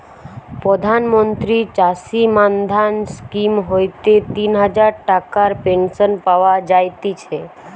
প্রধান মন্ত্রী চাষী মান্ধান স্কিম হইতে তিন হাজার টাকার পেনশন পাওয়া যায়তিছে